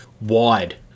wide